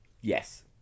Yes